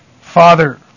Father